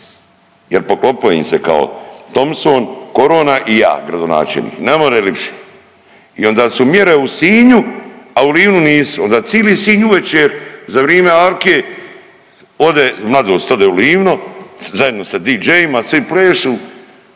jel poklopilo im se kao Thompson, korona i ja gradonačelnik ne more lipše. I onda su mjere u Sinju, a u Livnu nisu, onda cili Sinj uvečer za vrime Alke ode mladost, ode u Livno zajedno sa DJ-ima svi plešu